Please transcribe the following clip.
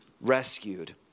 rescued